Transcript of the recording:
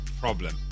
Problem